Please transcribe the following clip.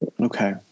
Okay